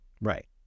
Right